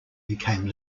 became